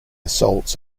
assaults